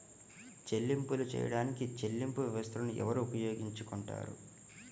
చెల్లింపులు చేయడానికి చెల్లింపు వ్యవస్థలను ఎవరు ఉపయోగించుకొంటారు?